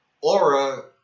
aura